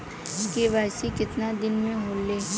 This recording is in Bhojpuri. के.वाइ.सी कितना दिन में होले?